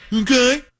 Okay